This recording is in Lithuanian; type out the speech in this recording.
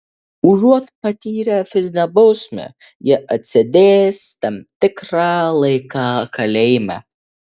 užuot patyrę fizinę bausmę jie atsėdės tam tikrą laiką kalėjime